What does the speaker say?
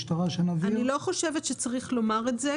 אני לא חושבת שצריך לומר את זה,